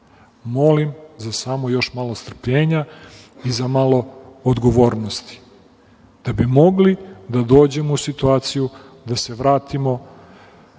Molim samo za još malo strpljenja i za malo odgovornosti, da bi mogli da dođemo u situaciju da se vratimo